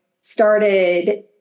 started